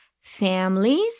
families